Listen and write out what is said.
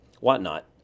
whatnot